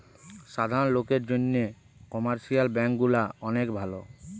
সাধারণ লোকের জন্যে কমার্শিয়াল ব্যাঙ্ক গুলা অনেক ভালো